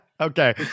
okay